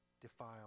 defile